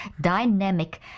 dynamic